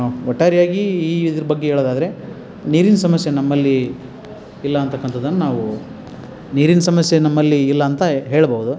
ಒಟ್ಟಾರೆಯಾಗಿ ಈ ಇದ್ರ ಬಗ್ಗೆ ಹೇಳೋದಾದ್ರೆ ನೀರಿನ ಸಮಸ್ಯೆ ನಮ್ಮಲ್ಲಿ ಇಲ್ಲ ಅಂತಕ್ಕಂಥದ್ದನ್ನ ನಾವು ನೀರಿನ ಸಮಸ್ಯೆ ನಮ್ಮಲ್ಲಿ ಇಲ್ಲ ಅಂತ ಹೇಳ್ಬೋದು